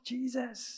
Jesus